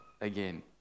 again